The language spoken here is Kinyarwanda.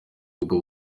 ubwo